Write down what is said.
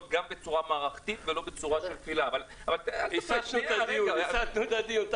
גם בצורה מערכתית ולא בצורה של קבילה אבל -- הסטנו את הדיון.